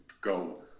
go